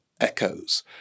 echoes